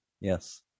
Yes